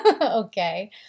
okay